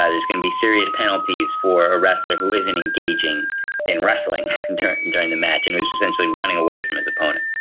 ah there's going to be serious penalties for a wrestler who isn't engaging in wrestling during and during the match and who is essentially running away from his opponent.